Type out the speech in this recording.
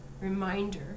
reminder